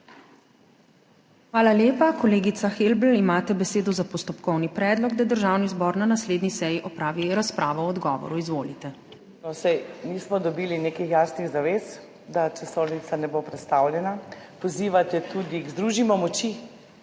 Hvala lepa. Kolegica Helbl, imate besedo za postopkovni predlog, da Državni zbor na naslednji seji opravi razpravo o odgovoru. Izvolite. **ALENKA HELBL (PS SDS):** Saj nismo dobili nekih jasnih zavez, da časovnica ne bo prestavljena. Pozivate tudi k »združimo moči«.